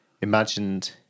imagined